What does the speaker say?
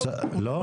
לא?